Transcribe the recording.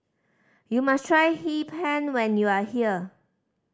you must try Hee Pan when you are here